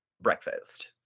breakfast